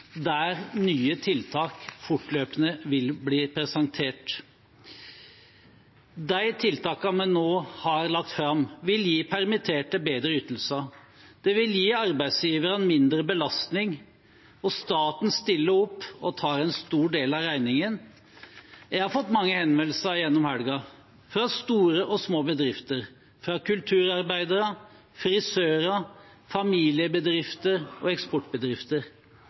der nye tiltak fortløpende vil bli presentert. De tiltakene vi nå har lagt fram, vil gi permitterte bedre ytelser. Det vil gi arbeidsgiverne mindre belastning, og staten stiller opp og tar en stor del av regningen. Jeg har fått mange henvendelser gjennom helgen – fra store og små bedrifter, fra kulturarbeidere, frisører, familiebedrifter og eksportbedrifter.